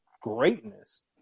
greatness